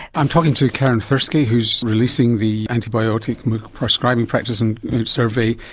i'm talking to karin thursky who is releasing the antibiotic prescribing practice and survey,